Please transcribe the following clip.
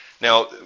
Now